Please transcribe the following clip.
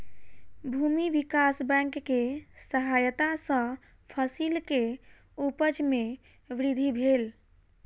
भूमि विकास बैंक के सहायता सॅ फसिल के उपज में वृद्धि भेल